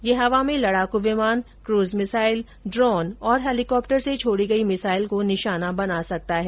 ये हवा में लडाकू विमान कूज मिसाइल ड्रोन और हेलीकोप्टर से छोडी गई मिसाइल को निशाना बना सकता है